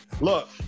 Look